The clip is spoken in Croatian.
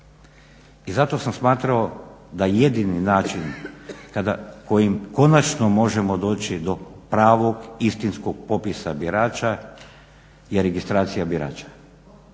I zato sam smatrao da jedini način kojim konačno možemo doći do pravog istinskog popisa birača je registracija birača.